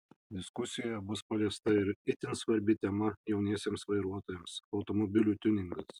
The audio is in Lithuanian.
diskusijoje bus paliesta ir itin svarbi tema jauniesiems vairuotojams automobilių tiuningas